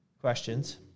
questions